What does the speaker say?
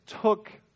took